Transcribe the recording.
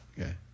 Okay